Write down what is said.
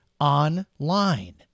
online